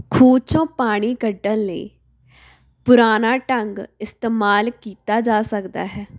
ਖੂਹ ਚੋਂ ਪਾਣੀ ਕੱਢਣ ਲਈ ਪੁਰਾਣਾ ਢੰਗ ਇਸਤੇਮਾਲ ਕੀਤਾ ਜਾ ਸਕਦਾ ਹੈ